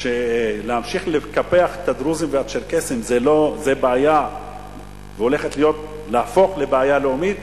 שלהמשיך לקפח את הדרוזים והצ'רקסים זו בעיה שהולכת להיות בעיה לאומית,